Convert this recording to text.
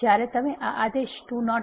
જ્યારે તમે આ આદેશ 2